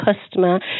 customer